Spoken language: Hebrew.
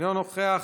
אינו נוכח,